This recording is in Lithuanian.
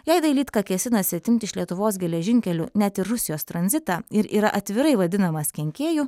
jei dailydka kėsinasi atimti iš lietuvos geležinkelių net ir rusijos tranzitą ir yra atvirai vadinamas kenkėju